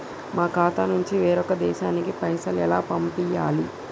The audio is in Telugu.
మా ఖాతా నుంచి వేరొక దేశానికి పైసలు ఎలా పంపియ్యాలి?